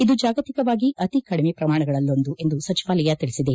ಇದು ಜಾಗತಿಕವಾಗಿ ಅತಿ ಕಡಿಮೆ ಪ್ರಮಾಣಗಳಲ್ಲೊಂದು ಎಂದು ಸಚಿವಾಲಯ ತಿಳಿಸಿದೆ